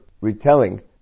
retelling